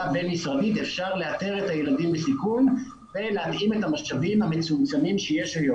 בין-משרדית אפשר לאתר את הילדים בסיכון ולהתאים את המשאבים המצומצמים שיש היום